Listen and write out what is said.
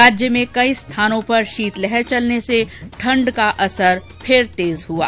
प्रदेश में कई स्थानों पर शीतलहर चलने से ठंड का असर फिर तेज हुआ